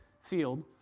field